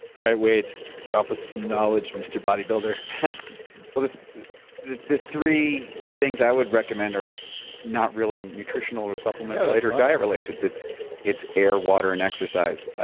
alright, wade. drop us some knowledge, mr. bodybuilder well, the the three things i would recommend are not really nutritional, or supplemental they're diet related. it's it's air, water, and exercise.